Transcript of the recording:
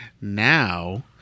Now